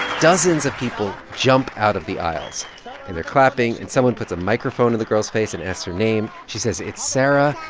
dozens of people jump out of the aisles. and they're clapping. and someone puts a microphone in the girl's face and asks her name. she says it's sara.